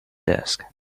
desk